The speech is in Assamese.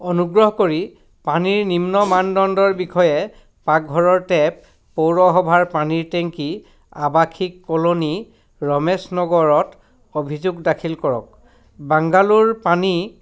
অনুগ্ৰহ কৰি পানীৰ নিম্ন মানদণ্ডৰ বিষয়ে পাকঘৰৰ টেপ পৌৰসভাৰ পানীৰ টেংকী আৱাসিক কল ৰমেশ নগৰত অভিযোগ দাখিল কৰক বাংগালোৰ পানী